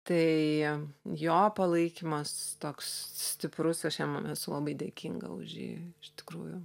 tai jo palaikymas toks stiprus aš jam esu labai dėkinga už jį iš tikrųjų